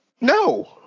No